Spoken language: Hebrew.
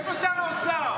איפה שר האוצר?